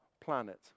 planet